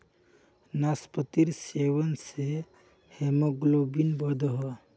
नास्पातिर सेवन से हीमोग्लोबिन बढ़ोह